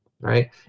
Right